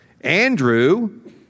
Andrew